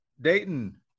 Dayton